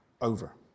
over